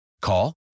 Call